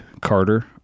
carter